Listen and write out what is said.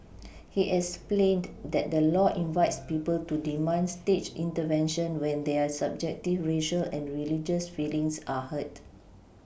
he explained that the law invites people to demand state intervention when their subjective racial and religious feelings are hurt